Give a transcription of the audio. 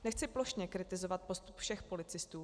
Nechci plošně kritizovat postup všech policistů.